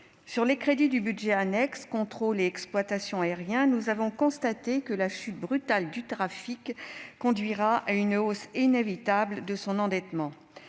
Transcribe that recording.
les crédits du budget annexe « Contrôle et exploitation aériens », nous avons constaté que la chute brutale du trafic conduira à une hausse inévitable de son endettement.